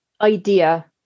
idea